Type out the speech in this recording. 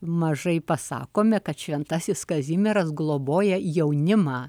mažai pasakome kad šventasis kazimieras globoja jaunimą